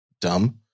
Dumb